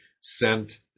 sent